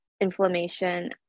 inflammation